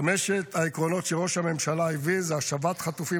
חמשת העקרונות שראש הממשלה הביא הם: השבת חטופים